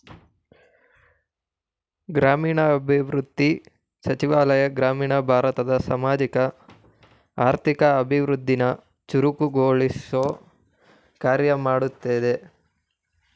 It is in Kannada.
ಗ್ರಾಮೀಣಾಭಿವೃದ್ಧಿ ಸಚಿವಾಲಯ ಗ್ರಾಮೀಣ ಭಾರತದ ಸಾಮಾಜಿಕ ಆರ್ಥಿಕ ಅಭಿವೃದ್ಧಿನ ಚುರುಕುಗೊಳಿಸೊ ಕಾರ್ಯ ಮಾಡ್ತದೆ